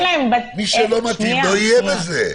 מי שלא מתאים, לא יהיה בזה.